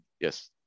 Yes